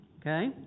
Okay